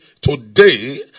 today